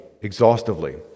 exhaustively